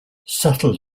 subtle